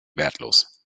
wertlos